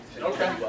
Okay